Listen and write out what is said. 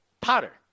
Potter